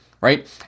right